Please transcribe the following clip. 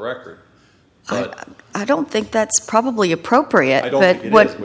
record but i don't think that's probably appropriate i don't know what